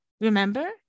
remember